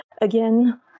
again